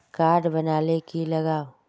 Card बना ले की लगाव?